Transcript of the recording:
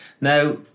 Now